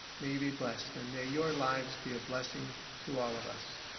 may you be blessed and may your lives be a blessing to all of us.